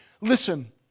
Listen